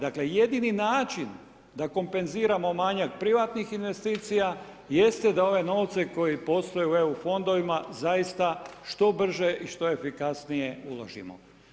Dakle, jedini način da kompenziramo manjak privatnih investicija jeste da ove novce koji postoje u EU fondovima zaista što brže i što efikasnije uložimo.